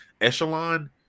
echelon